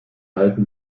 halten